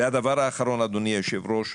הדבר האחרון, אדוני היושב-ראש.